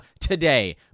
today